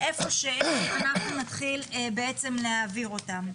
איפה שאין, אנחנו נתחיל בעצם להעביר אותם.